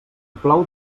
plou